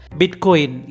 bitcoin